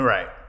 Right